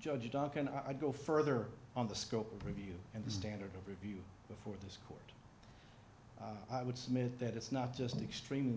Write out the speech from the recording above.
judge doc and i go further on the scope of review and the standard of review before this court i would submit that it's not just extremely